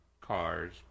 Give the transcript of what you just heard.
cars